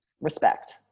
Respect